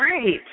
great